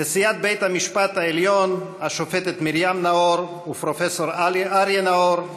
נשיאת בית המשפט העליון השופטת מרים נאור ופרופ' אריה נאור,